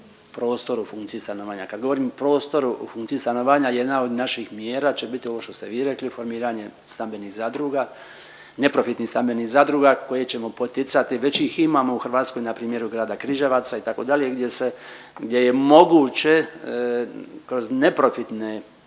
prostor u funkciji stanovanja. Kad govorim prostor u funkciji stanovanja jedna od naših mjera će biti ovo što ste vi rekli formiranje stambenih zadruga, neprofitnih stambenih zadruga koje ćemo poticati, već ih imamo u Hrvatskoj npr. u grada Križevaca itd. gdje se, gdje je moguće kroz neprofitne